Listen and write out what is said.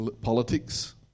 politics